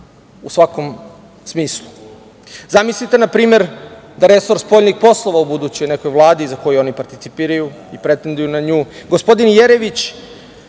u svakom smislu. Zamislite npr. da resor spoljnih poslova u budućoj nekoj vladi za koju oni participiraju i pretenduju na nju,